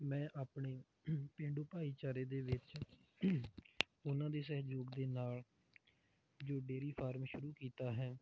ਮੈਂ ਆਪਣੇ ਪੇਂਡੂ ਭਾਈਚਾਰੇ ਦੇ ਵਿੱਚ ਉਹਨਾਂ ਦੀ ਸਹਿਯੋਗ ਦੇ ਨਾਲ ਜੋ ਡੇਅਰੀ ਫਾਰਮ ਸ਼ੁਰੂ ਕੀਤਾ ਹੈ